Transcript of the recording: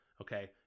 okay